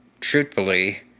truthfully